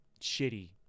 shitty